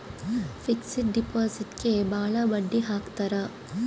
fixed ಡಿಪಾಸಿಟ್ಗೆ ಭಾಳ ಬಡ್ಡಿ ಹಾಕ್ತರ